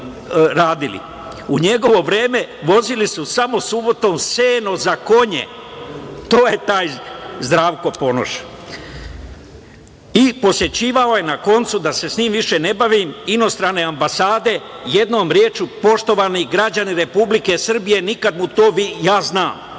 radili? U njegovo vreme vozili samo subotom seno za konje, to je taj Zdravko Ponoš. I posećivao je, na koncu, da se više njime ne bavim, inostrane ambasade, jednom rečju, poštovani građani Republike Srbije, znam da mu nikada